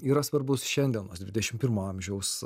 yra svarbus šiandienos dvidešim pirmo amžiaus